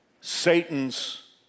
Satan's